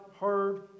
heard